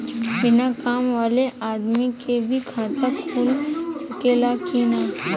बिना काम वाले आदमी के भी खाता खुल सकेला की ना?